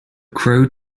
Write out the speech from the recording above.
crow